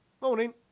morning